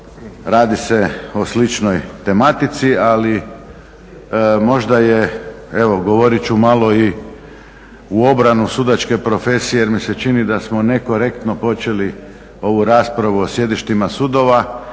radi se o sličnoj tematici ali možda je evo govorit ću malo i u obranu sudačke profesije jer mi se čini da smo nekorektno počeli ovu raspravu o sjedištima sudova